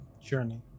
journey